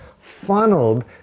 funneled